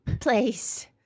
place